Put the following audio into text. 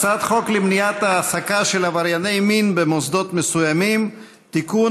הצעת חוק למניעת העסקה של עברייני מין במוסדות מסוימים (תיקון,